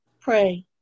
pray